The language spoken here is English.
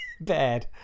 Bad